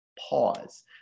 Pause